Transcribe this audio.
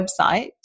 website